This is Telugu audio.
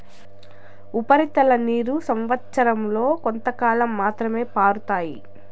ఉపరితల నీరు సంవచ్చరం లో కొంతకాలం మాత్రమే పారుతాయి